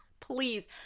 Please